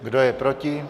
Kdo je proti?